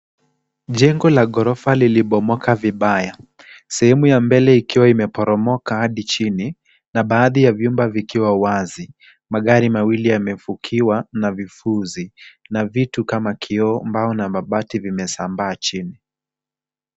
Jengo la ghorofa lilibomoka vibaya. Sehemu ya mbele ikiwa imeporomoka adi chini na baadhi ya vyumba vikiwa wazi. Magari mawili yamefunikiwa na vifuzi na vitu kama kioo, mbao na mabati vimesambaa chini.